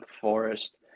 Forest